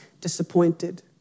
disappointed